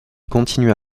continua